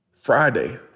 Friday